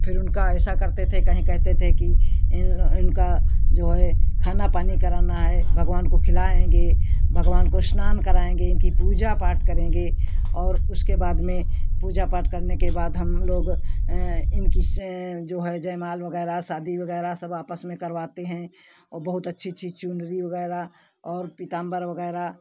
फिर उनका ऐसा करते थे कहीं कहते थे कि इन इनका जो है खाना पानी कराना है भगवान को खिलाएंगे भगवान को स्नान कराएंगे उनकी पूजा पाठ करेंगे और उसके बाद में पूजा पाठ करने के बाद हम लोग इनकी जो है जयमाल वगैरह शादी वगैरह सब आपस में करवाते हैं और बहुत अच्छी अच्छी चुनरी वगैरह और पीताम्बर वगैरह